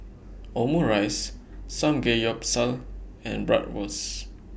Omurice Samgeyopsal and Bratwurst